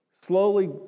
Slowly